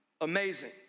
amazing